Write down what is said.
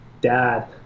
dad